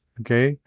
okay